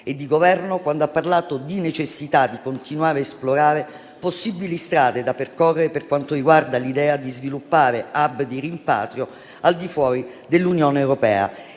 e di Governo, quando ha parlato di necessità di continuare a esplorare possibili strade da percorrere per quanto riguarda l'idea di sviluppare *hub* di rimpatrio al di fuori dell'Unione europea,